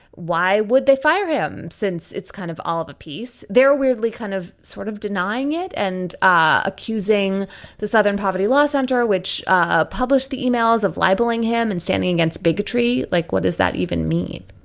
why would they fire him since it's kind of all of a piece? piece? they're weirdly kind of sort of denying it and accusing the southern poverty law center, which ah published the emails of libeling him and standing against bigotry. like, what does that even mean?